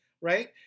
right